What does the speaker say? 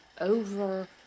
over